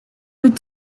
with